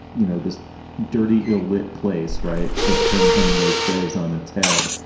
you know, this dirty, ill lit place. right. to turn the hemingway's phrase on its head,